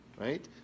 right